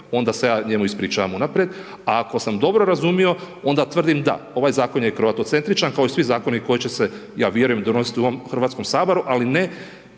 onda se ja njemu ispričavam unaprijed, a ako sam dobro razumio, onda tvrdim da, ovaj zakon je kroatocentričan kao i svi zakoni, koji će se ja vjerujem donositi u ovom Hrvatskom saboru, ali ne